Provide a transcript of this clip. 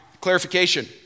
clarification